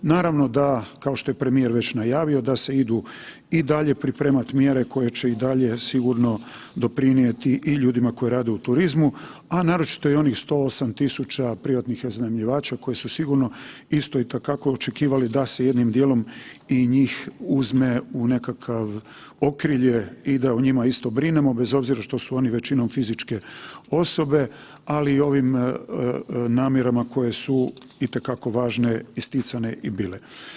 Naravno da kao što je premijer već najavio da se i dalje idu pripremat mjere koje će i dalje sigurno doprinijeti i ljudima koji rade u turizmu, a naročito i onih 108.000 privatnih iznajmljivača koji su sigurno isto itekako očekivali da se jednim dijelom i njih uzme u nekakav okrilje i da o njima isto brinemo, bez obzira što su oni većinom fizičke osobe, ali ovim namjerama koje su itekako važne isticane i bile.